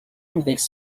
nouvelles